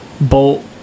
Bolt